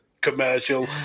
commercial